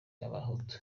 abahutu